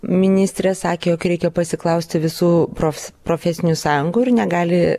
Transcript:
ministrė sakė jog reikia pasiklausti visų prof profesinių sąjungų ir negali